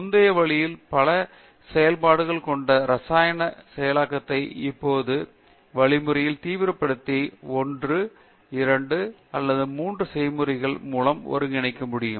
முந்தைய வழியில் பல செயல்பாடுகளை கொண்ட இரசாயன செயலாக்கதை இப்போது வழிமுறையை தீவிரப்படுத்தி 1 2 அல்லது 3 செயல்முறைகள் மூலம் ஒருங்கிணைக்க முடியும்